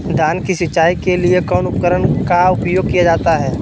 धान की सिंचाई के लिए कौन उपकरण का उपयोग किया जाता है?